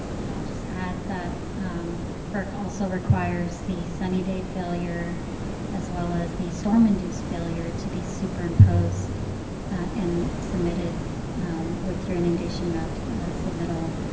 and i'll just add that ferc also requires the sunny day failure as well as the storm-induced failure to be superimposed and submitted with your inundation map submittal.